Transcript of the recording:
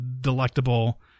delectable